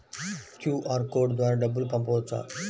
QR code ద్వారా డబ్బులు పంపవచ్చా?